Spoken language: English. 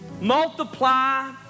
multiply